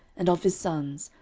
and of his sons,